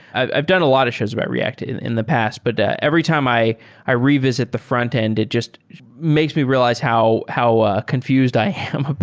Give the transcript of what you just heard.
i've done a lot of shows about react in in the past, but that every time i i revisit the frontend, it just makes me realize how how ah confused i am